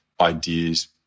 ideas